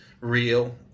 real